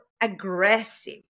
aggressive